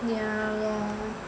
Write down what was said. yeah lor